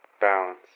balance